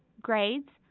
grades,